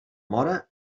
móra